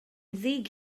ddig